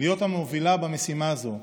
להיות המובילה במשימה הזאת.